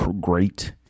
great